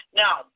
now